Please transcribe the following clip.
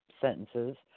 sentences